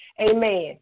amen